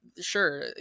sure